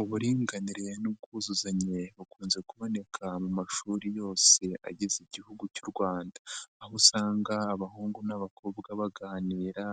Uburinganire n'ubwuzuzanye bukunze kuboneka mu mashuri yose agize Igihugu cy'u Rwanda aho usanga abahungu n'abakobwa baganira